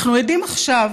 אנחנו עדים עכשיו,